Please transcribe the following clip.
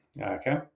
okay